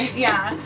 yeah.